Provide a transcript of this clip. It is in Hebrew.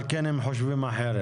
על כן הם חושבים אחרת.